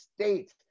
state